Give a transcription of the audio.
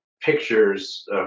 pictures